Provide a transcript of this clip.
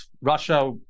Russia